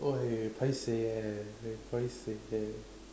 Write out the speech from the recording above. oh I paiseh eh paiseh eh